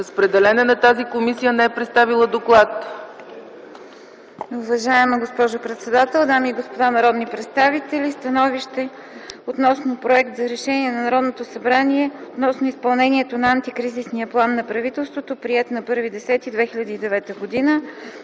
Разпределен е на тази комисия - не е представила доклад...